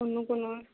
অন্য কোনো